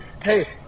hey